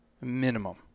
minimum